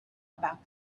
about